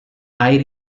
air